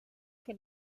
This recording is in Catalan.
què